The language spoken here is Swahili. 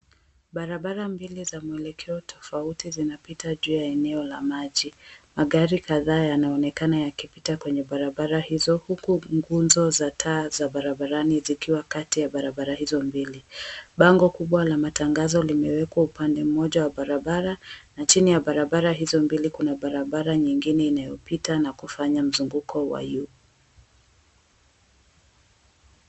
Barabara mbili za mwelekeo tofauti zinapita juu ya eneo la maji. Magari kadhaa yanaonekana yakipita kwenye barabara hizo, huku nguzo za taa za barabarani zikiwa katikati ya barabara hizo mbili. Bango kubwa la matangazo limewekwa upande moja wa barabara na chini ya barabara hizo mbili kuna barabara nyingine inayopita na kufanya mzunguko wa juu.